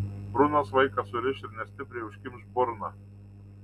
brunas vaiką suriš ir nestipriai užkimš burną